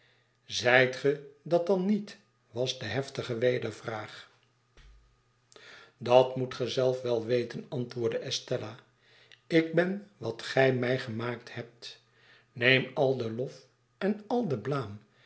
ge dat dan niet was de heftige weder vraag dat moet ge zelf wel weten antwoordde estella ik ben wat gij mij gemaakt hebt neem al den lof en al de blaam